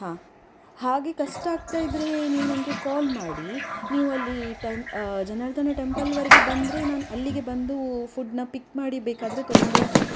ಹಾಂ ಹಾಗೆ ಕಷ್ಟ ಆಗ್ತಾಯಿದ್ದರೆ ನೀವು ನನಗೆ ಕಾಲ್ ಮಾಡಿ ನೀವು ಅಲ್ಲಿ ಟೆಮ್ ಜನಾರ್ಧನ ಟೆಂಪಲ್ವರೆಗೆ ಬಂದರೆ ನಾನು ಅಲ್ಲಿಗೆ ಬಂದು ಫುಡ್ನ ಪಿಕ್ ಮಾಡಿ ಬೇಕಾದರೆ ತಗೊಂಡು ಹೋಗ್ಬೋದು